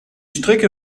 strecke